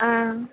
ஆ